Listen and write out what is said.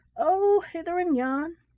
oh, hither and yon.